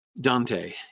dante